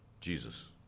Jesus